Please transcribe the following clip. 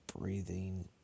breathing